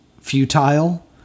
futile